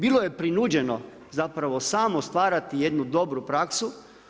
Bilo je prinuđeno zapravo samo stvarati jednu dobru praksi.